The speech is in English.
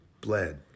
bled